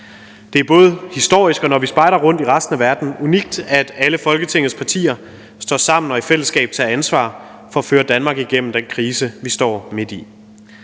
Det er både historisk og, når vi spejder rundt i resten af verden, unikt, at alle Folketingets partier står sammen og i fællesskab tager ansvar for at føre Danmark igennem den krise, vi står midt i.